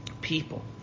people